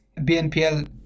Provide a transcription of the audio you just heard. BNPL